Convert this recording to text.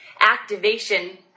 activation